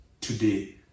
today